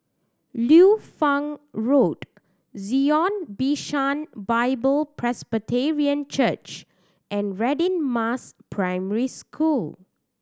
Liu Fang Road Zion Bishan Bible Presbyterian Church and Radin Mas Primary School